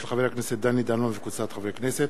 של חבר הכנסת דני דנון וקבוצת חברי הכנסת,